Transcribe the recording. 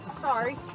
Sorry